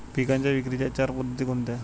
पिकांच्या विक्रीच्या चार पद्धती कोणत्या?